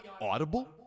Audible